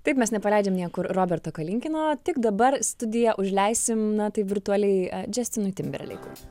taip mes nepaleidžiam niekur roberto kalinkino tik dabar studiją užleisim na tai virtualiai džestinui timberleikui